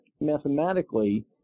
mathematically